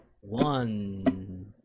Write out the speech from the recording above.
One